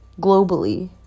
globally